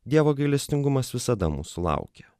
dievo gailestingumas visada sulaukia